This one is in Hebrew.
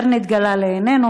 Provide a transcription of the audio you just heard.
התגלה לעינינו,